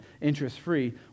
interest-free